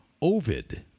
Ovid